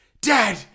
Dad